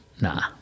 Nah